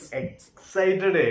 excited